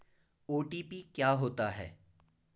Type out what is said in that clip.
OTP क्या होता है?